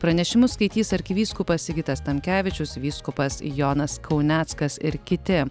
pranešimus skaitys arkivyskupas sigitas tamkevičius vyskupas jonas kauneckas ir kiti